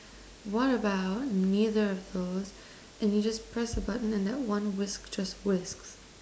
what about neither of those and you just press the button and that one whisk just whisks